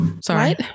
Sorry